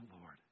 Lord